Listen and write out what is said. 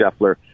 Scheffler